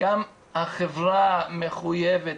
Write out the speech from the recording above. החברה מחויבת.